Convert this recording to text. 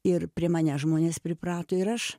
ir prie manęs žmones priprato ir aš